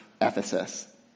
Ephesus